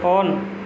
on